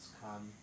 come